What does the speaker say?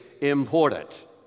important